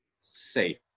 safe